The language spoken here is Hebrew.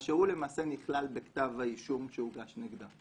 שהוא למעשה נכלל בכתב האישום שהוגש נגדה.